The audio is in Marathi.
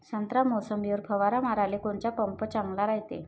संत्रा, मोसंबीवर फवारा माराले कोनचा पंप चांगला रायते?